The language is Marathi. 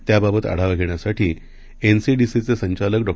त्याबाबतआढावाघेण्यासाठीएनसीडीसीचेसंचालकडॉ